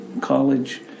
college